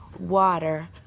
water